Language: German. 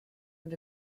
und